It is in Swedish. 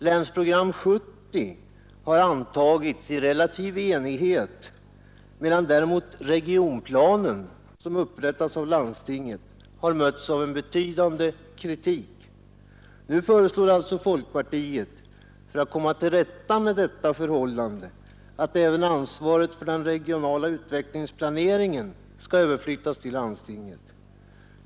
Länsprogram 70 har antagits i relativ enighet, medan däremot regionplanen, som upprättats av landstinget, har mötts av en betydande kritik. Nu föreslår alltså folkpartiet, för att komma till rätta med detta förhållande, att ansvaret även för den regionala utvecklingsplaneringen överflyttas till landstinget.